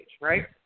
right